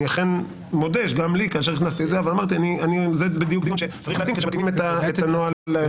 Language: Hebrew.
אני אכן מודה שצריך להתאים את הנוהל.